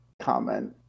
comment